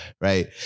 right